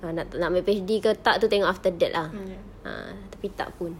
ah nak ambil P_H_D ke tak itu tengok after that ah tapi tak pun